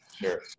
Sure